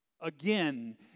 Again